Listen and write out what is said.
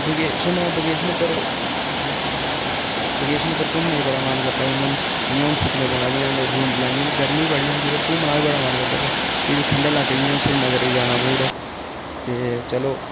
vacation vacation उप्पर vacation उप्पर घुम्मने गी बड़ा मन करदा इ'यां जियां हून छुट्टियां पौने आह्लियां न जून जुलाई बा गर्मी बड़ी होंदी बा घुम्मना बी बड़ा मन करदा बा केईं ठंडे लाकें ई जिया श्रीनगरै ई जाने दा मूड़ ऐ ते चलो